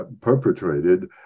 perpetrated